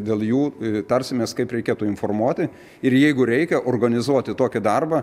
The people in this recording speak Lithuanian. dėl jų tarsimės kaip reikėtų informuoti ir jeigu reikia organizuoti tokį darbą